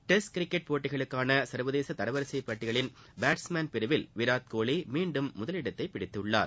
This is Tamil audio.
டெஸ்ட் கிரிக்கெட் போட்டிகளுக்கான சர்வதேச தரவரிசைப்பட்டியலின் பேட்ஸ்மேன் பிரிவில் விராட் கோலி மீண்டும் முதலிடத்தை பிடித்தார்